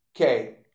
Okay